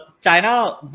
China